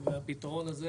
והפתרון הזה,